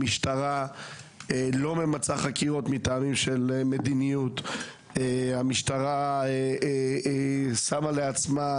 המשטרה לא ממצה חקירות מטעמים של מדיניות שהמשטרה שמה לעצמה,